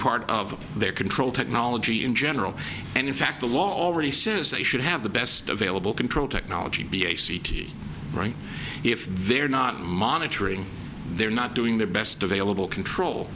part of their control technology in general and in fact the law already says they should have the best available control technology be a c t right if they're not monitoring they're not doing their best available control